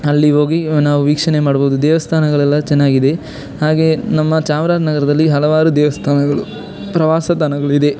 ಅಲ್ಲಿ ಹೋಗಿ ನಾವು ವೀಕ್ಷಣೆ ಮಾಡ್ಬೋದು ದೇವಸ್ಥಾನಗಳೆಲ್ಲ ಚೆನ್ನಾಗಿದೆ ಹಾಗೆಯೇ ನಮ್ಮ ಚಾಮರಾಜನಗರದಲ್ಲಿ ಹಲವಾರು ದೇವಸ್ಥಾನಗಳು ಪ್ರವಾಸ ತಾಣಗಲು ಇದೆ